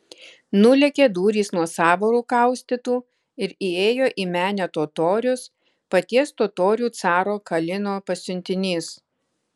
nulėkė durys nuo sąvarų kaustytų ir įėjo į menę totorius paties totorių caro kalino pasiuntinys